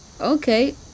Okay